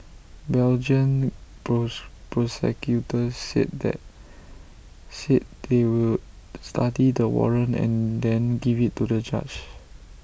Belgian prosecutors said that said they would study the warrant and then give IT to A judge